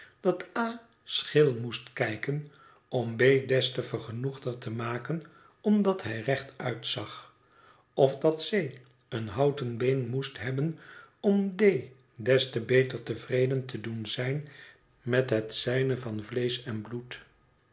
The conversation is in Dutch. dat a scheel moest kijken om b des te vergenoegder te maken omdat hij rechtuit zag of dat c een houten been moest hebben om d des te beter tevreden te doen zijn met het zijne van vleesch en bloed